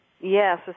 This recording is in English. Yes